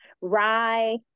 rye